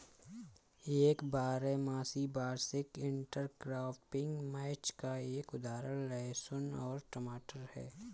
एक बारहमासी वार्षिक इंटरक्रॉपिंग मैच का एक उदाहरण लहसुन और टमाटर है